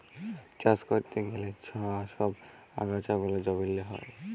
চাষ ক্যরতে গ্যালে যা ছব আগাছা গুলা জমিল্লে হ্যয়